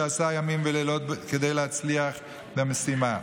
שעשה ימים ולילות כדי להצליח במשימה.